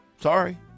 Sorry